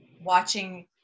watching